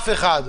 אף אחד.